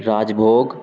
Raj Bogue